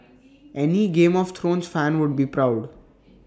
any game of thrones fan would be proud